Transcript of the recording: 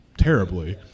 Terribly